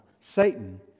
Satan